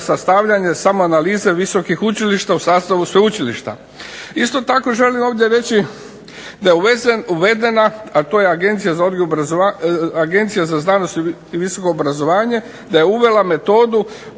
sastavljanje samoanalize visokih učilišta u sastavu sveučilišta. Isto tako želim ovdje reći da je uvedena, a to je Agencija za znanost i visoko obrazovanje, da je uvela metodu